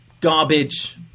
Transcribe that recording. garbage